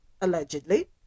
allegedly